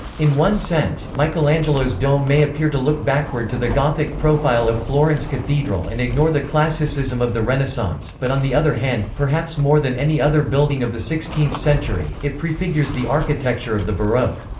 in one sense, michelangelo's dome may appear to look backward to the gothic profile of florence cathedral and ignore the classicism of the renaissance, but on the other hand, perhaps more than any other building of the sixteenth century, it prefigures the architecture of the baroque.